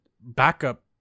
backup